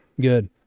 Good